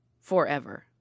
forever